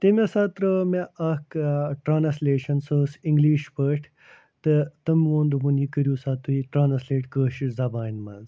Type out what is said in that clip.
تٔمۍ ہسا ترٲو مےٚ اَکھ ٲں ٹرٛانَسلیشَن سۄ ٲسۍ انٛگلش پٲٹھۍ تہٕ تٔمۍ ووٚن دوٚپُن یہِ کٔریٛو سا تُہۍ ٹرٛانَسلیٹ کٲشِرِ زبانہِ منٛز